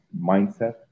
mindset